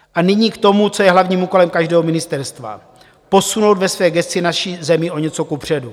A nyní k tomu, co je hlavním úkolem každého ministerstva: posunout ve své gesci naši zemi o něco kupředu.